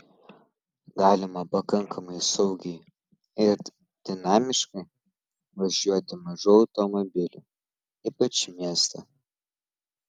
galima pakankamai saugiai ir dinamiškai važiuoti mažu automobiliu ypač mieste